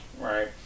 right